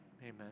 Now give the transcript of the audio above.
Amen